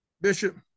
Bishop